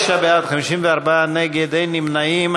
46 בעד, 54 נגד, אין נמנעים.